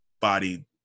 body